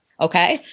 Okay